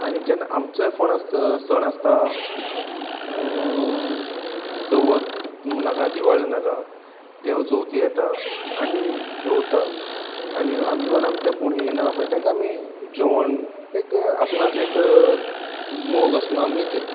आनी जेन्ना आमचे फण आस सण आसता चवथ म्हण नाका दिवाळी नाका तेवू चोवथी येता आनी जोवता आनी आम इवन आम ते कोण येयना पय तेंकां आमी जोवन एक आपणाचें एक मोग आस म्हूण आमी एक